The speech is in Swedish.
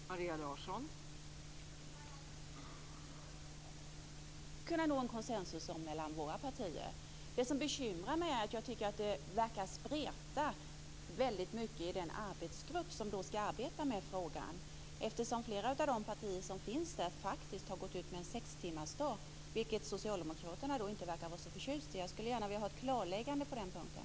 Fru talman! När det gäller det sistnämnda tror jag nog att det går att nå konsensus mellan våra partier. Vad som dock bekymrar mig är att det verkar spreta väldigt mycket i den arbetsgrupp som skall arbeta med frågan. Flera av de partier som är representerade där har ju gått ut med detta om sextimmarsdag, vilket Socialdemokraterna inte verkar vara så förtjusta i. Jag skulle gärna vilja ha ett klarläggande på den punkten.